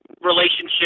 relationship